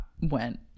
went